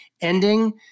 ending